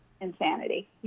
insanity